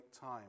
time